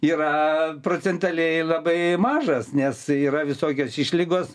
yra procentaliai labai mažas nes yra visokios išlygos